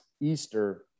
Easter